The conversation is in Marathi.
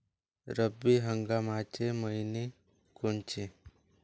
रब्बी हंगामाचे मइने कोनचे?